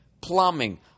Plumbing